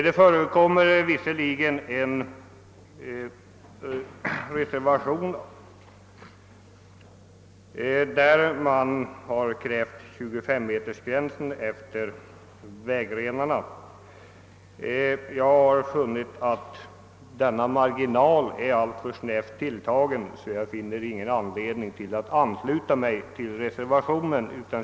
Visserligen föreligger en reservation i vilken krävs renhållning intill 25 meter vid sidan av vägrenarna, men jag har funnit detta alltför snävt tilltaget och ser därför ingen anledning att ansluta mig till reservationen.